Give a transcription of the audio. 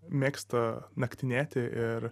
mėgsta naktinėti ir